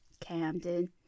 Camden